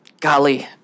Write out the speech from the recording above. golly